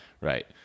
Right